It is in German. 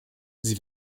sie